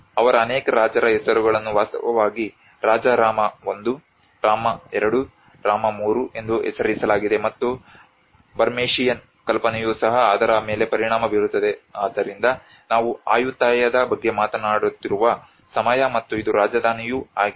ಅವರ ಅನೇಕ ರಾಜರ ಹೆಸರುಗಳನ್ನು ವಾಸ್ತವವಾಗಿ ರಾಜ ರಾಮ 1 ರಾಮ 2 ರಾಮ 3 ಎಂದು ಹೆಸರಿಸಲಾಗಿದೆ ಮತ್ತು ಬರ್ಮೇಶಿಯನ್ ಕಲ್ಪನೆಯು ಸಹ ಅದರ ಮೇಲೆ ಪರಿಣಾಮ ಬೀರುತ್ತದೆ ಆದ್ದರಿಂದ ನಾವು ಆಯುತ್ತಯದ ಬಗ್ಗೆ ಮಾತನಾಡುತ್ತಿರುವ ಸಮಯ ಮತ್ತು ಇದು ರಾಜಧಾನಿಯೂ ಆಗಿದೆ